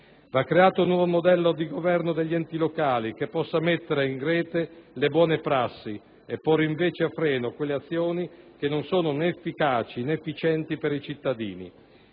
Va creato un nuovo modello di governo degli enti locali che possa mettere in rete le buone prassi e porre invece un freno a quelle azioni che non sono né efficaci né efficienti per i cittadini.